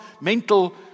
mental